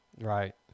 Right